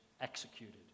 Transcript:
executed